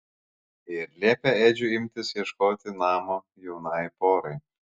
ir liepė edžiui imtis ieškoti namo jaunajai porai